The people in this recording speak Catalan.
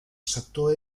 sector